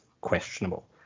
questionable